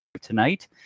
tonight